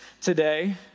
today